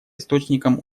источником